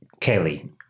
Kelly